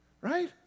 right